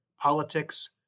politics